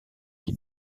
qui